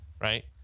right